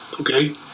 Okay